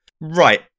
Right